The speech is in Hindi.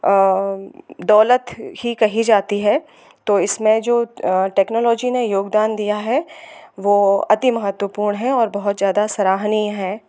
दौलत ही कही जाती है तो इसमें जो टेक्नोलॉजी ने योगदान दिया है वो अति महत्वपूर्ण है और बहुत ज़्यादा सराहनीय है